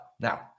Now